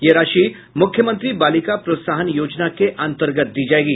यह राशि मुख्यमंत्री बालिका प्रोत्साहन योजना के अंतर्गत दी जायेगी